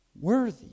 worthy